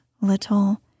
little